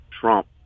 Trump